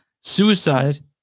suicide